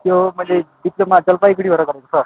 त्यो मैले डिप्लोमा जलपाईगुडीबाट गरेको सर